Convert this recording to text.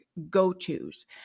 go-tos